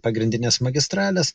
pagrindines magistrales